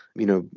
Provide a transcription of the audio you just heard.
you know,